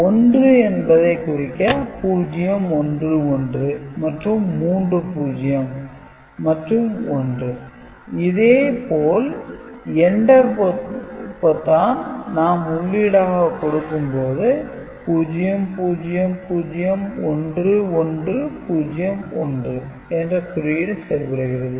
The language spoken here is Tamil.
1 என்பதை குறிக்க 011 மற்றும் மூன்று பூஜ்ஜியம் மற்றும் 1 இதேபோல் Enter பொத்தான் நாம் உள்ளீடாக கொடுக்கும் போது 0001101 என்ற குறியீடு செயல்படுகிறது